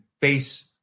face